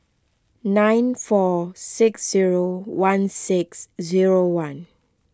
nine four six zero one six zero one